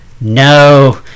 No